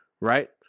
Right